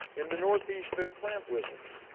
in the northeast they are plant wizards.